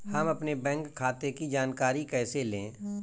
हम अपने बैंक खाते की जानकारी कैसे लें?